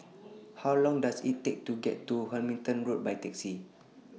How Long Does IT Take to get to Hamilton Road By Taxi